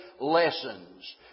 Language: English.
lessons